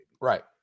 Right